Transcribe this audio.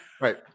right